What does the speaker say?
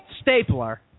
stapler